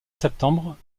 septembre